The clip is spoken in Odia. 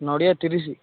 ନଡ଼ିଆ ତିରିଶି